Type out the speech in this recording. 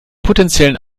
potenziellen